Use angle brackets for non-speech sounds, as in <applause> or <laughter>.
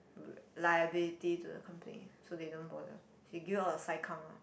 <noise> liability to the company so they don't bother they give you all the sai-kang ah